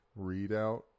readout